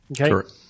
Okay